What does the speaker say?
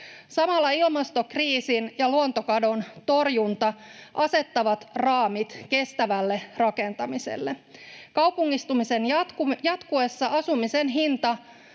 Samalla ilmastokriisin ja luontokadon torjunta asettavat raamit kestävälle rakentamiselle. Kaupungistumisen jatkuessa asumisen hinta